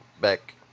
back